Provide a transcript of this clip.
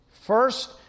First